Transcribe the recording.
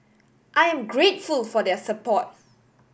I am grateful for their support